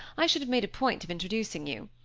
i should have made a point of introducing you.